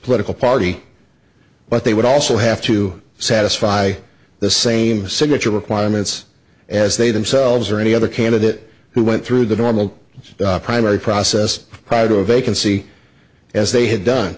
political party but they would also have to satisfy the same signature requirements as they themselves or any other candidate who went through the normal primary process prior to a vacancy as they had done